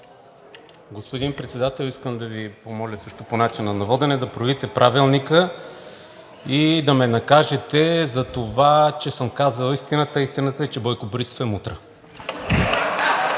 Господин Председател, искам да Ви помоля също по начина на водене да проверите Правилника и да ме накажете затова, че съм казал истината. Истината е, че Бойко Борисов е мутра.